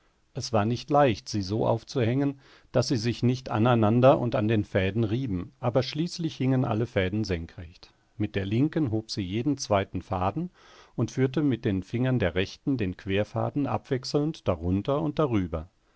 es war nicht leicht sie so aufzuhängen daß sie sich nicht aneinander und an den fäden rieben aber schließlich hingen alle fäden senkrecht mit der linken hob sie jeden zweiten faden und führte mit den fingern der rechten den querfaden abwechselnd darunter und darüber